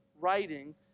writing